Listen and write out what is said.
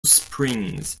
springs